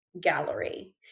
Gallery